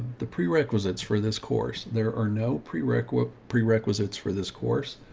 the prerequisites for this course, there are no prerequisite prerequisites for this course,